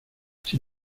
sin